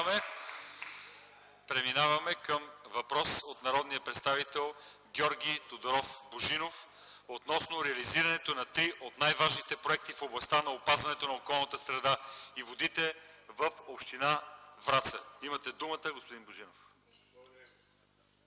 Преминаваме към въпрос от народния представител Георги Тодоров Божинов относно реализирането на три от най-важните проекти в областта на опазването на околната среда и водите в община Враца. Имате думата, господин Божинов.